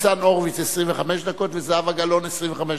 ניצן הורוביץ 25 דקות וזהבה גלאון 25 דקות.